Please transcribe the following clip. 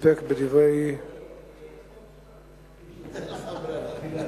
להסתפק בדברי, אין לך ברירה.